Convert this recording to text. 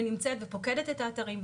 ונמצאת ופוקדת את האתרים,